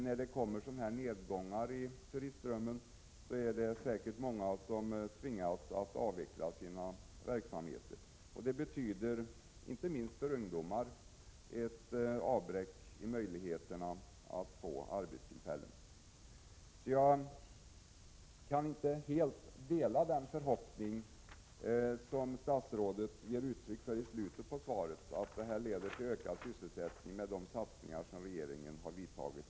När det kommer nedgångar i turistströmmen är det säkert många som tvingas avveckla sina verksamheter. Det betyder — inte minst för ungdomar — ett avbräck i fråga om möjligheterna att få arbete. Jag kan inte helt dela den förhoppning som statsrådet ger uttryck för i slutet av svaret, att de satsningar som regeringen har gjort hittills leder till ökad sysselsättning.